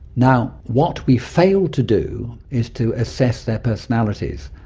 now, what we fail to do is to assess their personalities.